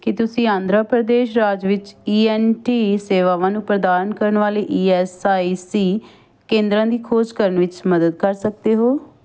ਕੀ ਤੁਸੀਂ ਆਂਧਰਾ ਪ੍ਰਦੇਸ਼ ਰਾਜ ਵਿੱਚ ਈ ਐੱਨ ਟੀ ਸੇਵਾਵਾਂ ਨੂੰ ਪ੍ਰਦਾਨ ਕਰਨ ਵਾਲੇ ਈ ਐੱਸ ਆਈ ਸੀ ਕੇਂਦਰਾਂ ਦੀ ਖੋਜ ਕਰਨ ਵਿੱਚ ਮਦਦ ਕਰ ਸਕਦੇ ਹੋ